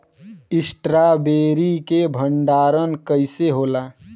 Strawberry के भंडारन कइसे होला?